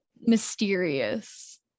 mysterious